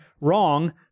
wrong